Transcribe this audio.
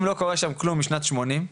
אם לא קורה שם כלום משנת 1980,